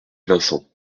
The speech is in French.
vincent